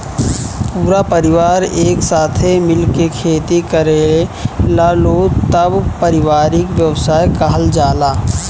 पूरा परिवार एक साथे मिल के खेती करेलालो तब पारिवारिक व्यवसाय कहल जाला